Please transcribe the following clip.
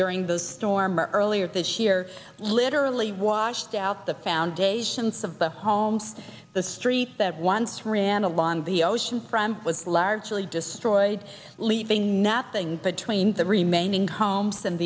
during the storm earlier this year literally washed out the foundations of the homes the streets that once ran along the ocean from was largely destroyed leaving nothing between the remaining